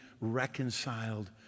reconciled